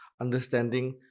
understanding